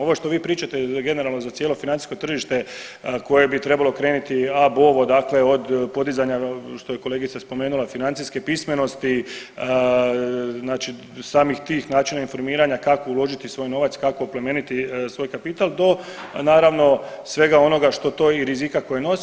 Ovo što vi pričate generalno za cijelo financijsko tržište koje bi trebalo kreniti ab ovo, dakle od podizanja što je kolegica spomenula financijske pismenosti znači samih tih načina informiranja kako uložiti svoj novac, kako oplemeniti svoj kapital do naravno svega onoga što to i rizika koje nosi.